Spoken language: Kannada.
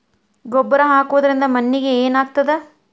ಗೊಬ್ಬರ ಹಾಕುವುದರಿಂದ ಮಣ್ಣಿಗೆ ಏನಾಗ್ತದ?